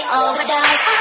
overdose